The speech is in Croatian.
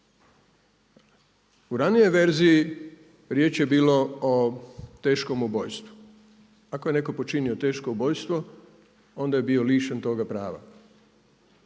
U ranijoj verziji riječ je bilo o teškom ubojstvu. Ako je netko počinio teško ubojstvo onda je bio lišen toga prava.